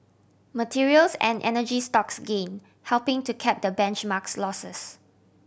materials and energy stocks gain helping to cap the benchmark's losses